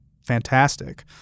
fantastic